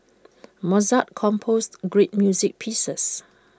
Mozart composed great music pieces